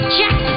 Check